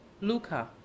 Luca